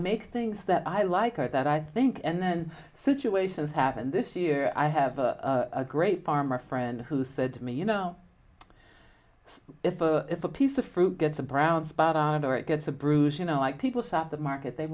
make things that i like or that i think and situations happened this year i have a great farmer friend who said to me you know if if a piece of fruit gets a brown spot on it or it gets a bruise you know like people stop the market they